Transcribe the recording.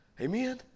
Amen